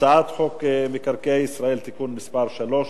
הצעת חוק מקרקעי ישראל (תיקון מס' 3),